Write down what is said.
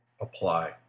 apply